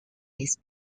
its